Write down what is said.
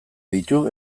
ditu